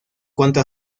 cuanto